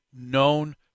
known